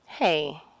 Hey